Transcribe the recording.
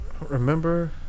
Remember